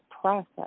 process